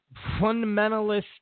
fundamentalist